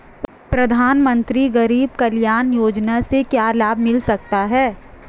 प्रधानमंत्री गरीब कल्याण योजना से क्या लाभ मिल सकता है?